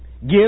Give